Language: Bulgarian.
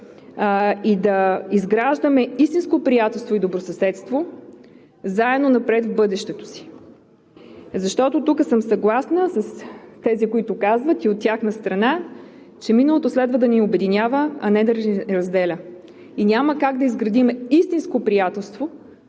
и да изграждаме истинско приятелство и добросъседство заедно напред в бъдещето си. Защото, тук съм съгласна с тези, които казват и от тяхна страна, че миналото следва да ни обединява, а не да ни разделя и няма как да изградим истинско приятелство,